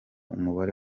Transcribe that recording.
umubare